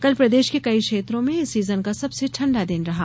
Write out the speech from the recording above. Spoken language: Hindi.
कल प्रदेश के कई क्षेत्रों में इस सीजन का सबसे ठंडा दिन रहा